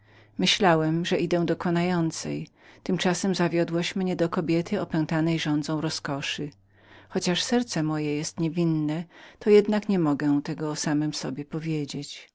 myślałem że idę do konającej tym czasem zawiodłaś mnie do kobiety która oddychała tylko miłością chociaż serce moje jest niewinnem jednak sumiennie niemogę tego o samym sobie powiedzieć